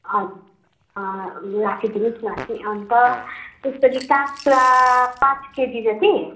राखिदिनुहोस् न अन्त त्यसरी काँक्रा पाँच केजी जति